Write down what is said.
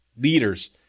leaders